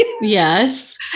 yes